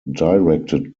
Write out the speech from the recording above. directed